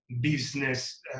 business